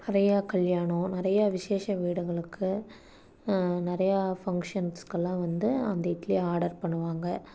நிறையா கல்யாணம் நிறையா விஷேச வீடுங்களுக்கு நிறையா ஃபங்க்ஷன்ஸ்க்கெல்லாம் வந்து அந்த இட்லியை ஆர்டர் பண்ணுவாங்கள்